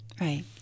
Right